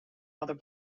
other